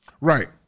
Right